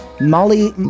Molly